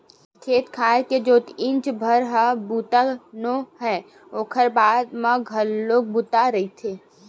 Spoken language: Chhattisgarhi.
खेत खार के जोतइच भर ह बूता नो हय ओखर बाद म घलो बूता रहिथे